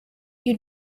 you